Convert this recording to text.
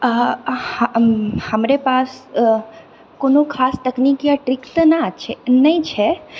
अहाँ हमरे पास कोनो खास तकनीक या ट्रिक तऽ ना अछि नहि छै